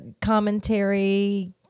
commentary